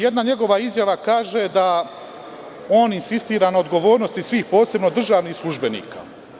Jedna njegova izjava kaže da on insistira na odgovornosti svih posebno državnih službenika.